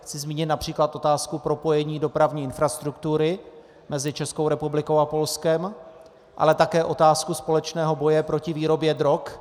Chci zmínit např. otázku propojení dopravní infrastruktury mezi Českou republikou a Polskem, ale také otázku společného boje proti výrobě drog.